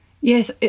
Yes